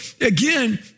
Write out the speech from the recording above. again